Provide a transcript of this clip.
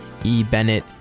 ebennett